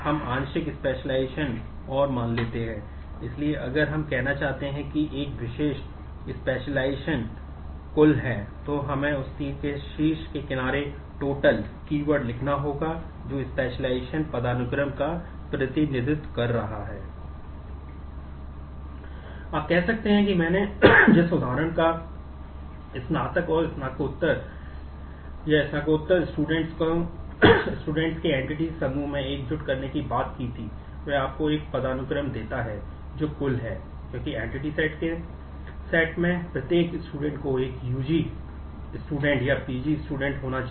आप कह सकते हैं कि मैंने जिस उदाहरण को स्नातक और स्नातकोत्तर या स्नातकोत्तर स्टूडेंट्स में से एक में सुविधा होनी चाहिए